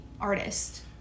artist